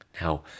now